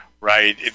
Right